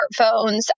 smartphones